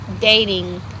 dating